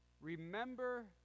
Remember